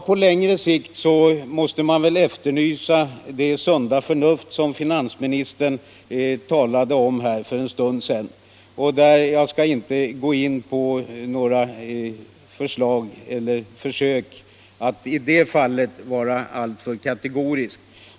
På längre sikt måste man efterlysa det sunda förnuft som finansministern talade om här för en stund sedan, och jag skall inte i det fallet vara alltför kategorisk.